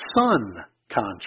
sun-conscious